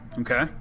Okay